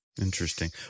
Interesting